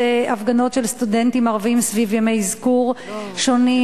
הפגנות של סטודנטים ערבים סביב ימי אזכור שונים.